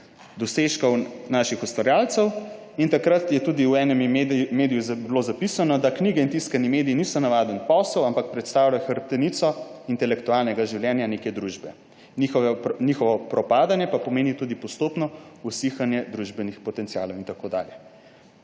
dosežkov naših ustvarjalcev. Takrat je bilo tudi v enem mediju zapisano, da knjige in tiskani mediji niso navaden posel, ampak predstavljajo hrbtenico intelektualnega življenja neke družbe, njihovo propadanje pa pomeni tudi postopno usihanje družbenih potencialov in tako dalje.